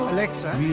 Alexa